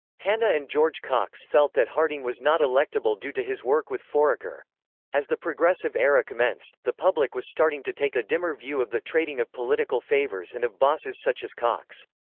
hanna and george cox felt that harding was not electable due to his work with foraker as the progressive era commenced, the public was starting to take a dimmer view of the trading of political favors and of bosses such as cox.